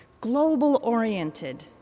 global-oriented